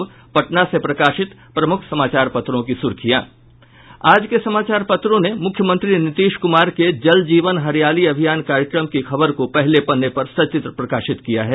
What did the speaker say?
अब पटना से प्रकाशित प्रमुख समाचार पत्रों की सुर्खियां आज के समाचार पत्रों ने मुख्यमंत्री नीतीश कुमार के जल जीवन हरियाली अभियान कार्यक्रम की खबर को पहले पन्ने पर सचित्र प्रकाशित किया है